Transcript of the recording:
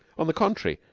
on the contrary,